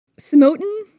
Smoten